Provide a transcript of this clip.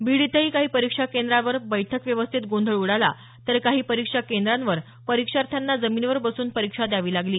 बीड इथंही काही परिक्षा केंद्रावर बैठक व्यवस्थेत गोंधळ उडाला तर काही परिक्षा केंद्रावर परीक्षाथ्यांना जमिनीवर बसून परीक्षा द्यावी लागली